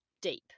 deep